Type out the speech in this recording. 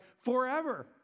forever